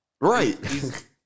Right